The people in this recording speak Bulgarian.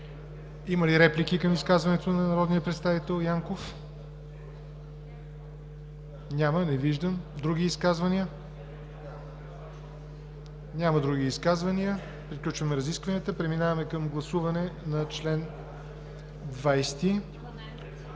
Има ли реплики към изказването на народния представител Янков? Не виждам. Други изказвания? Няма други изказвания. Приключваме разискванията. Преминаваме към гласуване на чл. 12.